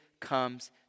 comes